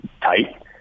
tight